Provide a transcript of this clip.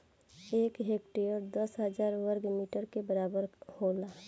एक हेक्टेयर दस हजार वर्ग मीटर के बराबर होला